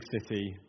city